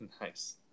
Nice